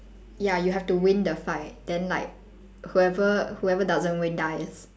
ya you have to win the fight then like whoever whoever doesn't win dies